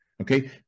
Okay